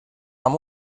amb